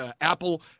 Apple